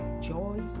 joy